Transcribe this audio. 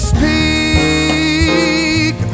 Speak